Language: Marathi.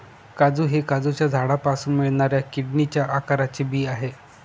काजू हे काजूच्या झाडापासून मिळणाऱ्या किडनीच्या आकाराचे बी आहे